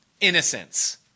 innocence